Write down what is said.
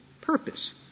purpose